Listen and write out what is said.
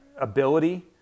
ability